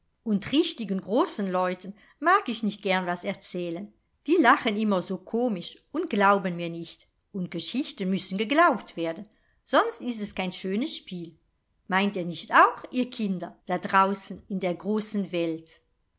und richtigen großen leuten mag ich nicht gern was erzählen die lachen immer so komisch und glauben mir nicht und geschichten müssen geglaubt werden sonst ist es kein schönes spiel meint ihr nicht auch ihr kinder da draußen in der großen welt